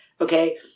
Okay